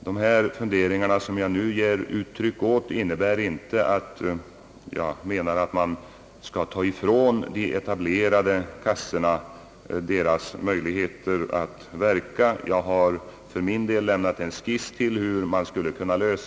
De funderingar som jag nu har gett uttryck åt innebär inte, att jag menar att vi skall ta ifrån de etablerade kassorna deras möjligheter att verka. Jag har i min reservation lämnat en skiss på hur detta problem skall kunna lösas.